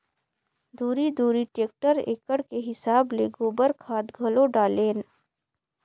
दूरी दूरी टेक्टर एकड़ के हिसाब ले गोबर खाद घलो डालेन